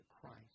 Christ